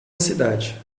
cidade